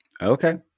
okay